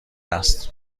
است